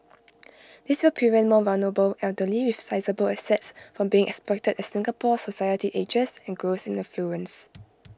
this will prevent more vulnerable elderly with sizeable assets from being exploited as Singapore society ages and grows in affluence